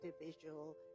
individual